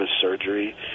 surgery